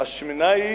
השמנה היא